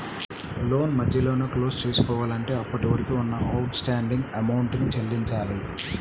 లోను మధ్యలోనే క్లోజ్ చేసుకోవాలంటే అప్పటివరకు ఉన్న అవుట్ స్టాండింగ్ అమౌంట్ ని చెల్లించాలి